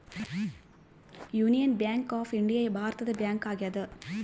union bank of India ಭಾರತದ bank ಆಗ್ಯಾದ